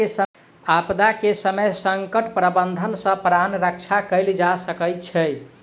आपदा के समय संकट प्रबंधन सॅ प्राण रक्षा कयल जा सकै छै